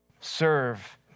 Serve